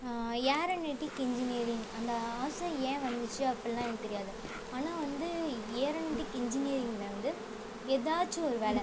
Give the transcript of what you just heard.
aeronautic engineering அந்த ஆசை ஏன் வந்துச்சு அப்படிலாம் எனக்கு தெரியாது ஆனால் வந்து ஏரனெட்டிக் இன்ஜினியரிங்கில் வந்து ஏதாச்சும் ஒரு வேலை